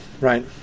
right